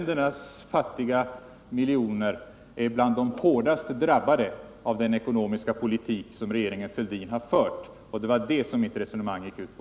De fattiga miljonerna i u-länderna är bland dem som är hårdast drabbade av den ekonomiska politik som regeringen Fälldin har fört. Det var det mitt resonemang gick ut på.